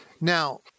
Now